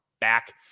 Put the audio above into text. back